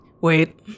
Wait